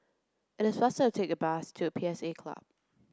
it is faster to take the bus to P S A Club